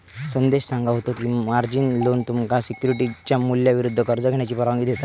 संदेश सांगा होतो की, मार्जिन लोन तुमका सिक्युरिटीजच्या मूल्याविरुद्ध कर्ज घेण्याची परवानगी देता